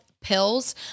pills